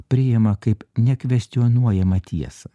priima kaip nekvestionuojamą tiesą